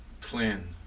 plan